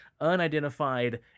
Unidentified